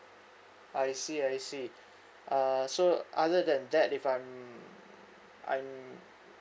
I see I see uh so other than that if I'm I'm